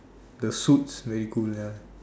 the suits very cool ya